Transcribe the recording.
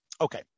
Okay